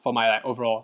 for my overall